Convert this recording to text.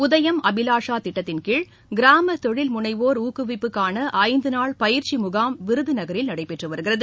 உதயம் அபிலாஷா திட்டத்தின்கீழ் கிராம தொழில் முனைவோர் ஊக்குவிப்புக்கான ஐந்து நாள் பயிற்சி முகாம் விருதுநகரில் நடைபெற்று வருகிறது